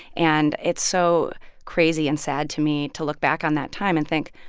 and it's so crazy and sad to me to look back on that time and think,